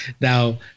Now